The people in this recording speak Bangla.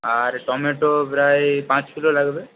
আর টমেটো প্রায় পাঁচ কিলো লাগবে